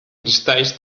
cristalls